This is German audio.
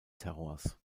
terrors